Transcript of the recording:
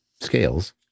scales